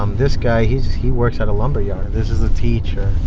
um this guy, he he works at a lumber yard. this is a teacher.